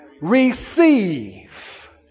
receive